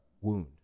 wound